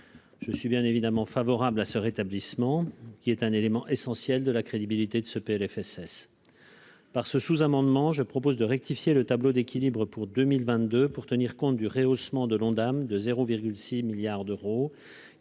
Je suis bien évidemment favorable à ce rétablissement, car c'est un élément essentiel de la crédibilité de ce PLFSS. À travers ce sous-amendement, je propose de rectifier le tableau d'équilibre pour 2022 afin de tenir compte du rehaussement de l'Ondam de 0,6 milliard d'euros